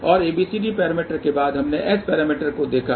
और ABCD parameter के बाद हमने S पैरामीटर को देखा